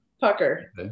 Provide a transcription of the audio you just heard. Pucker